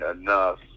enough